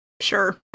Sure